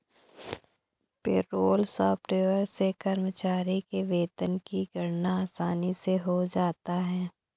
payroll software से कर्मचारी के वेतन की गणना आसानी से हो जाता है